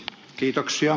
kiitoksia